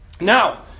Now